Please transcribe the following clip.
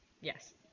yes